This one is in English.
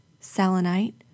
selenite